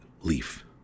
leaf